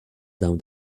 down